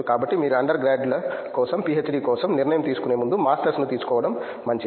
కాబట్టి మీరు అండర్గ్రాడ్ల కోసం పిహెచ్డి కోసం నిర్ణయం తీసుకునే ముందు మాస్టర్ను తీసుకోవడం మంచిది